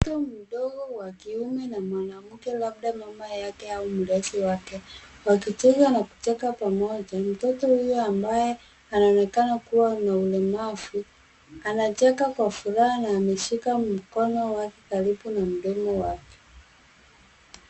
Mtoto mdogo ya kiume na mwanamke labda mama yake au mlezi wake wakicheza na kucheka pamoja. Mtoto huyo ambaye anaonekana kuwa na ulemavu anacheka kwa furaha na ameshika mkono wake karibu na mdomo wake.